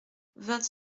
vingt